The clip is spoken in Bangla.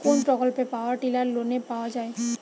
কোন প্রকল্পে পাওয়ার টিলার লোনে পাওয়া য়ায়?